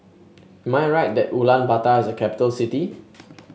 am I right that Ulaanbaatar is a capital city